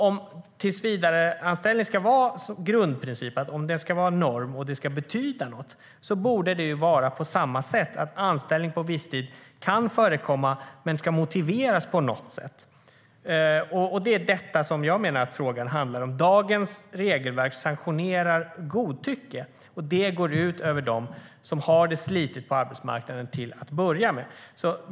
Om tillsvidareanställning ska vara grundprincip, norm och betyda något borde det på samma sätt vara så att anställning på visstid kan förekomma men ska motiveras på något sätt. Det är detta som jag menar att frågan handlar om. Dagens regelverk sanktionerar godtycke, och det går ut över dem som har det slitigt på arbetsmarknaden till att börja med.